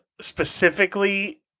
specifically